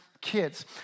kids